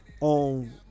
On